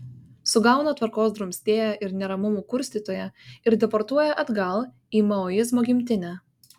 sugauna tvarkos drumstėją ir neramumų kurstytoją ir deportuoja atgal į maoizmo gimtinę